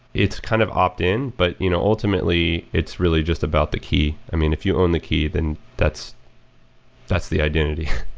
it's kind of opt-in, but you know ultimately it's really just about the key. i mean, if you own the key then that's that's the identity